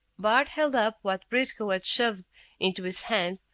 bart held up what briscoe had shoved into his hand,